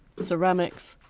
ceramics,